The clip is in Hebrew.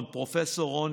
פרופסור.